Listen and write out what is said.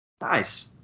Nice